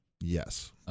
Yes